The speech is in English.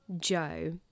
Joe